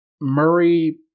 Murray